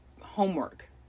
Homework